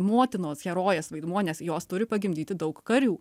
motinos herojės vaidmuo nes jos turi pagimdyti daug karių